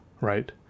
right